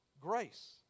grace